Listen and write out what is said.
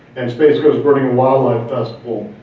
and space coast burning walleye festival,